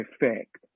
effect